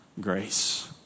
Grace